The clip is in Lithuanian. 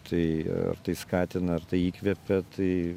tai ar tai skatina ar tai įkvepia tai